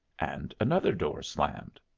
and another door slammed.